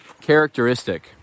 characteristic